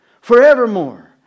Forevermore